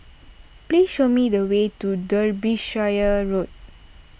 please show me the way to Derbyshire Road